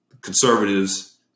conservatives